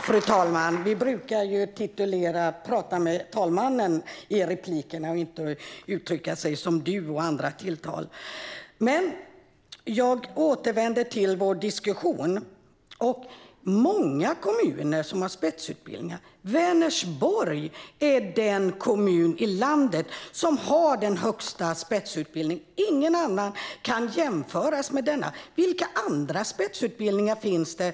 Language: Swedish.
Fru talman! Vi brukar ju vända oss till talmannen i replikerna och inte använda "du" och andra tilltal. Men jag återvänder till vår diskussion. Anna Wallentheim säger att många kommuner har spetsutbildningar. Vänersborg är den kommun i landet som har den högsta spetsutbildningen. Ingen annan kan jämföras med den. Vilka andra spetsutbildningar finns det?